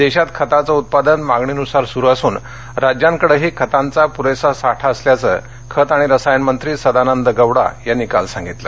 देशात खताचं उत्पादन मागणीनुसार सुरु असून राज्यांकडेही खतांचा पुरेसा साठा असल्याचं खत आणि रसायन मंत्री सदानंद गौडा यांनी काल सांगितलं